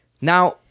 Now